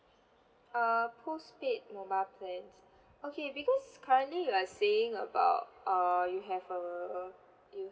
uh postpaid mobile plans okay because currently you're saying about err you have err you